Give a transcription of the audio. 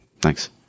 Thanks